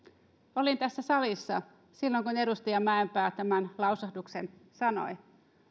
olin tässä salissa silloin kun edustaja mäenpää tämän lausahduksen sanoi